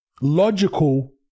logical